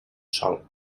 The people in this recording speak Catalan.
sol